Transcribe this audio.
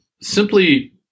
simply